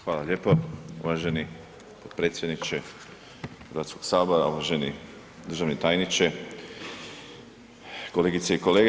Hvala lijepa uvaženi potpredsjedniče Hrvatskoga sabora, uvaženi državni tajniče, kolegice i kolege.